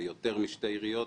ליותר משתי עיריות.